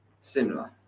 Similar